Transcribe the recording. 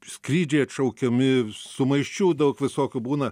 skrydžiai atšaukiami sumaiščių daug visokių būna